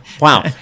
Wow